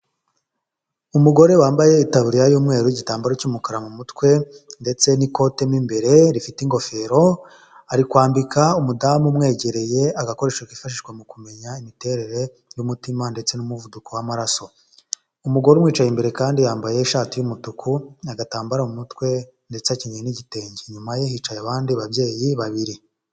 Umugore wambaye itaburiya y'umweru, igitambaro cy'umukara mu mutwe ndetse n'ikote mo imbere rifite ingofero ari kwambika umudamu umwegereye agakoresho kifashishwa mu kumenya imiterere y'umutima ndetse n'umuvuduko w'amaraso umugore wicaye imbere kandi yambaye ishati y'umutuku n'agatambaro mu mutwe ndetse akinyeye n'igitenge inyuma ye hicaye abandi babyeyi babiri.